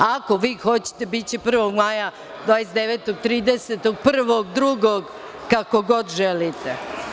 Ako hoćete, biće 1. maja, 29, 30, 1, 2, kako god želite?